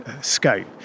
scope